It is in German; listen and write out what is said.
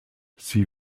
sie